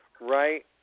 right